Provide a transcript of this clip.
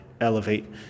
elevate